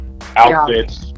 outfits